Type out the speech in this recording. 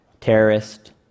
Terrorist